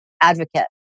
advocate